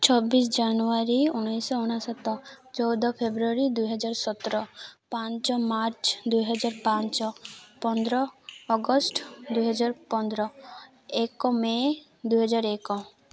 ଛବିଶ ଜାନୁଆରୀ ଉଣେଇଶଶହ ଅଣେଶ୍ଵତ ଚଉଦ ଫେବୃଆରୀ ଦୁଇହଜାର ସତର ପାଞ୍ଚ ମାର୍ଚ୍ଚ ଦୁଇହଜାର ପାଞ୍ଚ ପନ୍ଦର ଅଗଷ୍ଟ ଦୁଇହଜାର ପନ୍ଦର ଏକ ମେ ଦୁଇହଜାର ଏକ